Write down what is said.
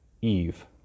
Eve